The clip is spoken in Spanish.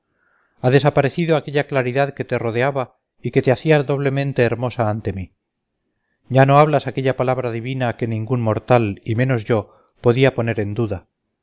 ha desaparecido aquella claridad que te rodeaba y que te hacía doblemente hermosa ante mí ya no hablas aquella palabra divina que ningún mortal y menos yo podía poner en duda